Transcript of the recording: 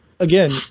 Again